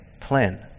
plan